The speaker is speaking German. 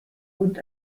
und